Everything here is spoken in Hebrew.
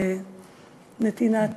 בנתינת